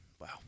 Wow